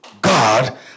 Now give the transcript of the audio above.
God